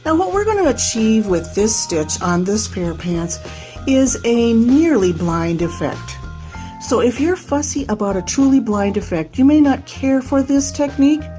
and what we're going to achieve with this stitch on this pair of pants is a nearly blind effect so if you're fussy about a truly blind effect you may not care for this technique,